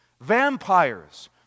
Vampires